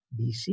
BC